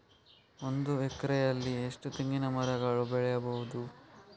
ಒಂದು ಎಕರೆಯಲ್ಲಿ ಎಷ್ಟು ತೆಂಗಿನಮರಗಳು ಬೆಳೆಯಬಹುದು?